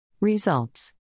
Results